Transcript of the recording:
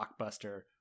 blockbuster